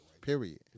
period